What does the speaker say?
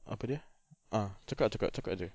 apa dia ah cakap cakap cakap jer